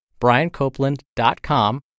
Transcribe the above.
briancopeland.com